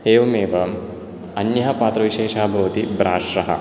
एवमेव अन्यः पात्रविशेषः भवति ब्राश्रः